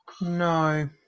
No